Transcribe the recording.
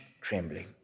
trembling